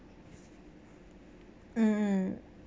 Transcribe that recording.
mm